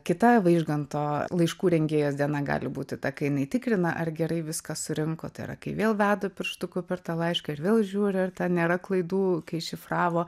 kita vaižganto laiškų rengėjos diena gali būti ta kai jinai tikrina ar gerai viską surinko tai yra kai vėl veda pirštuku per tą laišką ir vėl žiūri ar ten nėra klaidų kai šifravo